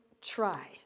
try